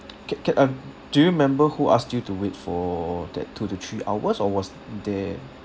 ca~ ca~ uh do you remember who asked you to wait for that two to three hours or was there